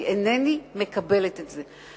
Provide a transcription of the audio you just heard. אני אינני מקבלת את זה.